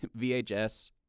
VHS